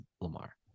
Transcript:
lamar